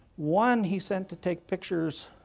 one he sent to take pictures